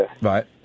Right